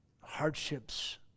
hardships